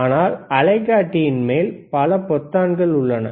எனவே அலைகாட்டியின் மேல் பல பொத்தான்கள் உள்ளன